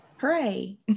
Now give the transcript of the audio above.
Hooray